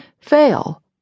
fail